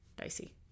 dicey